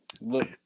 Look